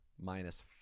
minus